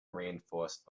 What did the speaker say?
reinforced